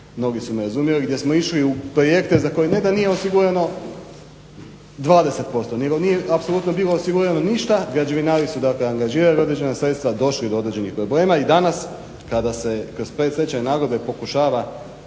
mnogi su me razumjeli, gdje smo išli u projekte za koje ne da nije osigurano 20% nego nije apsolutno bilo osigurano ništa. Građevinari su dakle angažirali određena sredstva, došli do određenih problema i danas kada se kroz predstečajne nagodbe pokušava